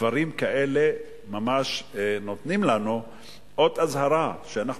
דברים כאלה ממש נותנים לנו אות אזהרה שאנחנו